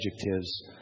adjectives